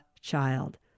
child